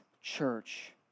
church